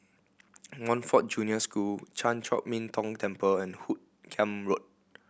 Montfort Junior School Chan Chor Min Tong Temple and Hoot Kiam Road